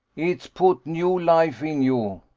it put new life in you.